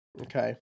Okay